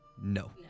No